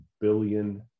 billion